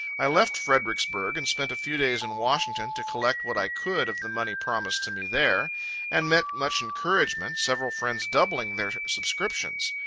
i left fredericksburg, and spent a few days in washington, to collect what i could of the money promised to me there and met much encouragement, several friends doubling their subscriptions.